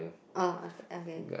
ah okay okay